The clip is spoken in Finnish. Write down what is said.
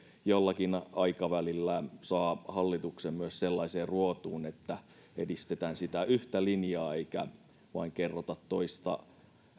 jollakin aikavälillä saa hallituksen myös sellaiseen ruotuun että edistetään sitä yhtä linjaa eikä vain kerrota toista